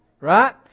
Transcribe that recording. Right